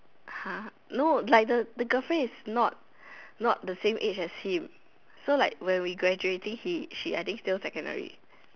!huh! no like the the girlfriend is not not the same age as him so like when we graduating he she I think still secondary